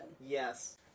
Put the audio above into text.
Yes